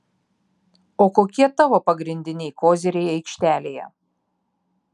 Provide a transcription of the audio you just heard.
o kokie tavo pagrindiniai koziriai aikštelėje